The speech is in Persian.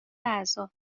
اعضا